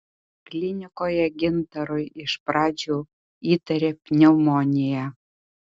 klinikoje gintarui iš pradžių įtarė pneumoniją